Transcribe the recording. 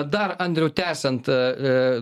dar andriau tęsiant